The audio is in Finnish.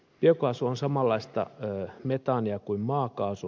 biokaasu on samanlaista metaania kuin maakaasu